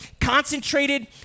concentrated